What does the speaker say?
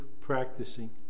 practicing